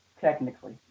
Technically